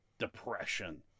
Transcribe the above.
Depression